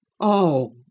Oh